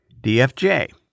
DFJ